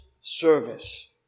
Service